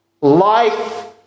Life